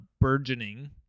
burgeoning